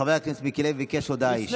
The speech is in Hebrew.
חבר הכנסת מיקי לוי ביקש הודעה אישית.